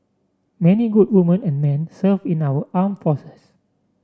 many good woman and men serve in our armed forces